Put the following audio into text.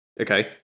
Okay